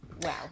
wow